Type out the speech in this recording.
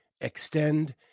Extend